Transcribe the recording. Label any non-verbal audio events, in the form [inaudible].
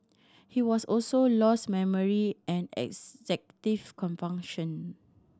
he was also lost memory and executive [unintelligible] function